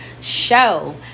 show